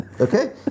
Okay